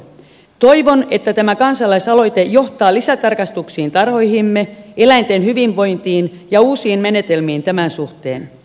toivon että tämä kansalaisaloite johtaa lisätarkastuksiin tarhoihimme eläinten hyvinvointiin ja uusiin menetelmiin tämän suhteen